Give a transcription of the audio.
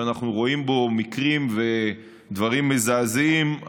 שאנחנו רואים בו מקרים ודברים מזעזעים,